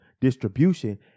distribution